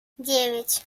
девять